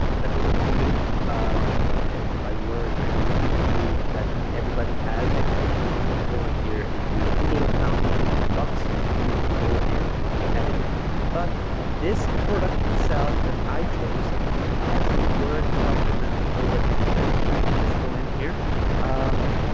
that is on google um and i and by word i mean the tool that you everybody has if you come over here into your google account you click on docs you can go in and then edit it but this product itself that i chose it has word document already prepared so let me just go in here um